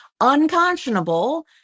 Unconscionable